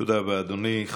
תודה רבה, אדוני.